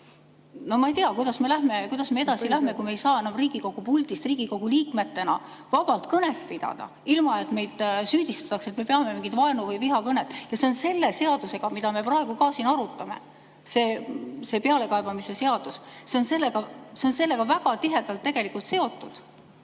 Ma ei tea, kuidas me edasi läheme, kui me ei saa enam Riigikogu puldist Riigikogu liikmetena vabalt kõnet pidada, ilma et meid süüdistataks, et me peame mingit vaenu‑ või vihakõnet. See on selle seadusega, mida me praegu ka siin arutame, selle pealekaebamise seadusega, väga tihedalt tegelikult seotud.